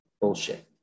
bullshit